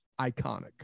iconic